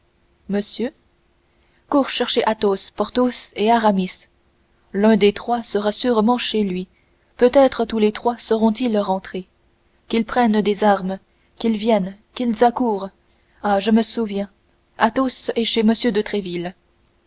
monsieur cours chercher athos porthos et aramis l'un des trois sera sûrement chez lui peut-être tous les trois seront-ils rentrés qu'ils prennent des armes qu'ils viennent qu'ils accourent ah je me souviens athos est chez m de